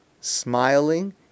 smiling